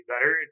better